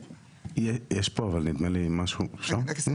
יש פה אבל נדמה משהו אפשר?